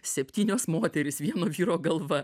septynios moterys vieno vyro galva